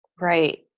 Right